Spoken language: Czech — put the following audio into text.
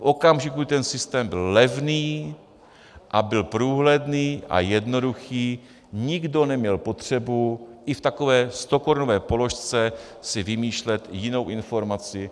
V okamžiku, kdy ten systém byl levný a byl průhledný a jednoduchý, nikdo neměl potřebu i v takové stokorunové položce si vymýšlet jinou informaci.